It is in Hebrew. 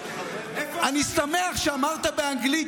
אני שמח שאמרת באנגלית,